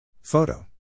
Photo